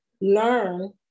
learn